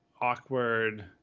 awkward